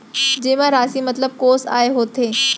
जेमा राशि मतलब कोस आय होथे?